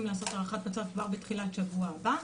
לעשות הערכת מצב כבר בתחילת השבוע הבא,